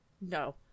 No